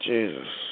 Jesus